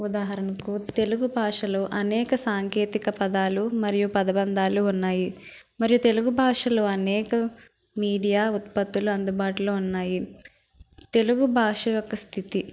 ఉదాహరణకు తెలుగు భాషలో అనేక సాంకేతిక పదాలు మరియు పదబంధాలు ఉన్నాయి మరియు తెలుగు భాషలు అనేక మీడియా ఉత్పత్తులు అందుబాటులో ఉన్నాయి తెలుగు భాష యొక్క స్థితి